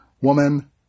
woman